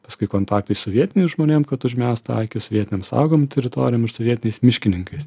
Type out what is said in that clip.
paskui kontaktai su vietiniais žmonėm kad užmestų akį su vietinėm saugom teritorijom ir su vietiniais miškininkais